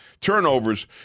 turnovers